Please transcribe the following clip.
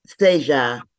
Seja